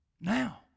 now